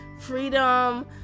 Freedom